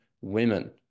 women